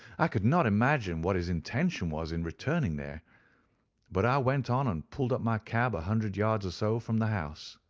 i could not imagine what his intention was in returning there but i went on and pulled up my cab a hundred yards or so from the house.